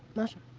but